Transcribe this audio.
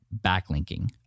backlinking